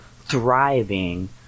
thriving